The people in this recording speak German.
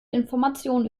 information